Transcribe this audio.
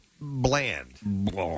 bland